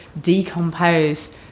decompose